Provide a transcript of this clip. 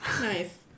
Nice